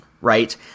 right